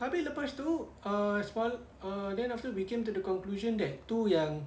abeh lepastu ah ah then after we came to the conclusion that tu yang